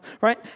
right